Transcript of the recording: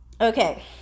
Okay